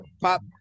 pop